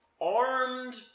armed